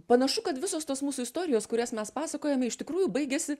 panašu kad visos tos mūsų istorijos kurias mes pasakojame iš tikrųjų baigiasi